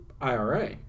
IRA